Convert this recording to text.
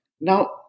Now